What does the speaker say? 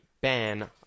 ban